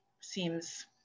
seems